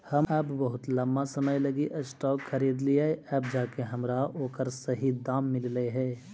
हम बहुत लंबा समय लागी स्टॉक खरीदलिअइ अब जाके हमरा ओकर सही दाम मिललई हे